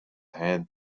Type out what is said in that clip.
had